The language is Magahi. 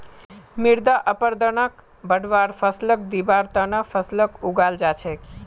मृदा अपरदनक बढ़वार फ़सलक दिबार त न फसलक उगाल जा छेक